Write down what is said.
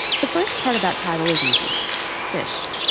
the first part of that title is easy fish.